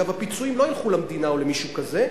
אגב, הפיצויים לא ילכו למדינה או למישהו כזה.